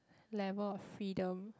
level of freedom